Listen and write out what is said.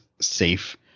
safe